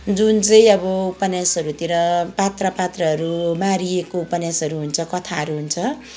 जुन चाहिँ अब उपन्यासहरूतिर पात्र पात्राहरू मारिएको उपन्यासहरू हुन्छ कथाहरू हुन्छ